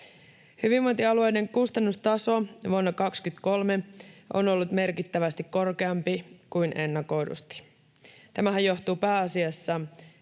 Hyvinvointialueiden kustannustaso vuonna 23 on ollut merkittävästi korkeampi kuin ennakoidusti. Tämähän johtuu pääasiassa